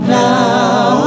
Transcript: now